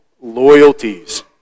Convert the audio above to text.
loyalties